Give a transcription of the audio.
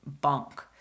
bunk